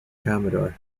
commodore